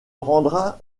rendra